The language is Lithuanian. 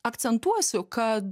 akcentuosiu kad